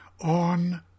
on